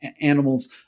animals